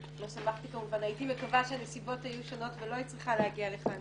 הייתי מקווה שהנסיבות היו שונות ולא היית צריכה להגיע לכאן